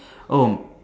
oh